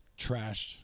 trashed